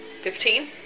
Fifteen